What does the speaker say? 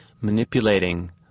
manipulating